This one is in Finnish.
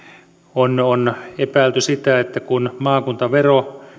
on on epäilty sitä että kun maakuntavero